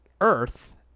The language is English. Earth